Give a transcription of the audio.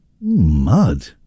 mud